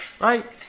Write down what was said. Right